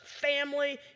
family